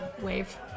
Wave